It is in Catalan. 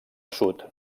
sud